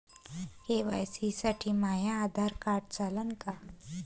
KYC साठी माह्य Aadhaar card चालन का?